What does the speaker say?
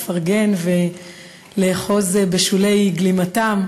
לפרגן ולאחוז בשולי גלימתם,